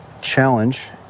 challenge